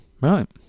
right